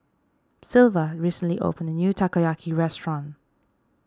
Sylva recently opened a new Takoyaki restaurant